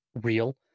real